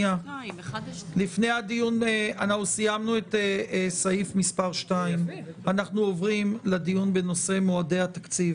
1. סיימנו את סעיף מס' 2. אנחנו עוברים לדיון בנושא מועדי התקציב.